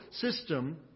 system